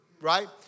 right